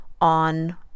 on